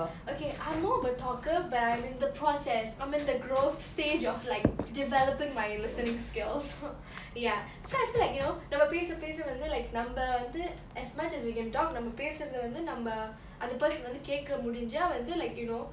okay I'm more of a talker but I'm in the process I'm in the growth stage of like developing my listening skills ya so I feel like you know நம்ம பேச பேச வந்து:namma pesa pesa vanthu like நம்ம வந்து:namma vanthu as much as we can talk நம்ம பேசுரத வந்து நம்ம அந்த:namma pesuratha vanthu namma antha person வந்து கேக்க முடிஞ்சா வந்து:vanthu keka mudinja vanthu like you know